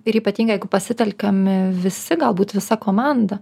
ir ypatingai jeigu pasitelkiami visi galbūt visa komanda